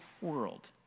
world